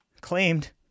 claimed